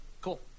Cool